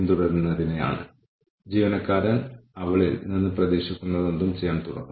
തുടർന്ന് പ്രോഗ്രാമിലൂടെ യഥാർത്ഥത്തിൽ എത്രപേർ താമസിക്കുന്നുണ്ടെന്ന് നിങ്ങൾ കണ്ടെത്തും